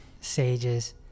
sages